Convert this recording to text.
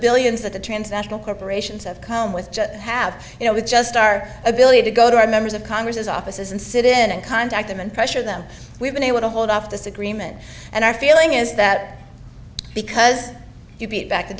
billions that the transnational corporations have come with have you know with just our ability to go to our members of congress as offices and sit in and contact them and pressure them we've been able to hold off this agreement and our feeling is that because you beat back the